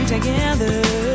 together